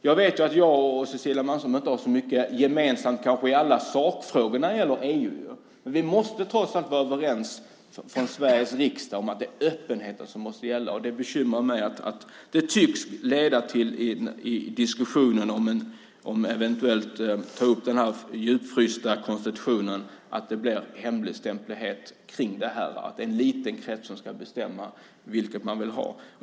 Jag vet ju att jag och Cecilia Malmström kanske inte har så mycket gemensamt i alla sakfrågor när det gäller EU. Men vi måste trots allt vara överens från Sveriges riksdag om att det är öppenheten som måste gälla, och det bekymrar mig att det tycks som att detta i diskussionen om att ta upp den djupfrysta konstitutionen leder till att det blir hemligstämplanden kring det här så att det är en liten krets som ska bestämma vilket man vill ha.